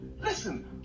Listen